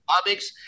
comics